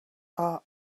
our